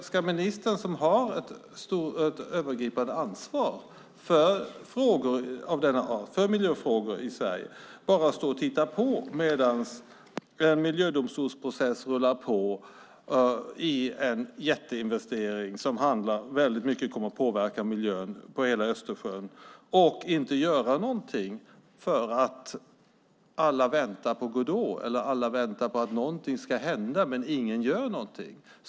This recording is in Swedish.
Ska ministern, som har ett övergripande ansvar för miljöfrågor i Sverige, bara stå och titta på medan en miljödomstolsprocess rullar på, i en jätteinvestering som väldigt mycket kommer att påverka miljön i hela Östersjön, och inte göra någonting för att alla väntar på Godot eller alla väntar på att någonting ska hända men ingen gör någonting?